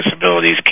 disabilities